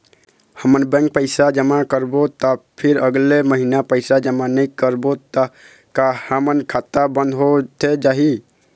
हमन बैंक पैसा जमा करबो ता फिर अगले महीना पैसा जमा नई करबो ता का हमर खाता बंद होथे जाही?